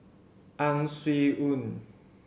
Ang Swee Aun